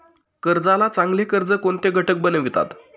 कर्जाला चांगले कर्ज कोणते घटक बनवितात?